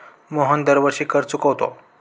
मोहन दरवर्षी कर चुकवतो